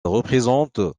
représente